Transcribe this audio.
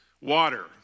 Water